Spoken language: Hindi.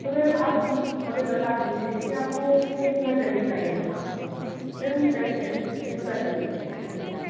तो मेम आप हमें बता दीजिए कि आपको कितना जमीन चाहिए था मैम कैसे कितना जमीन डिसमिल